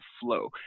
flow